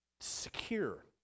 secure